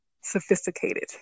sophisticated